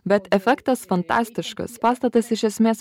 bet efektas fantastiškas pastatas iš esmės